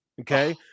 Okay